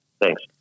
Thanks